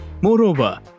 moreover